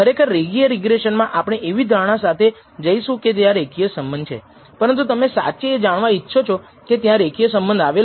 ખરેખર રેખીય રિગ્રેસનમા આપણે એવી ધારણા સાથે જઈશું કે ત્યાં રેખીય સંબંધ છે પરંતુ તમે સાચે એ જાણવા ઈચ્છો છો કે ત્યાં રેખીય સંબંધ આવેલો છે